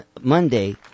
Monday